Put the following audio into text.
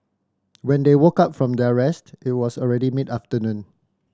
when they woke up from their rest it was already mid afternoon